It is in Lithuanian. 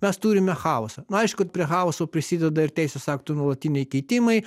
mes turime chaosą nu aišku prie chaoso prisideda ir teisės aktų nuolatiniai keitimai